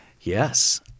Yes